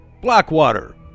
Blackwater